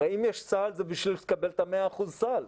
הרי אם יש סל, זה בשביל לקבל את ה-100% סל.